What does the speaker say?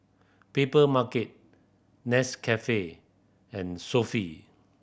Papermarket Nescafe and Sofy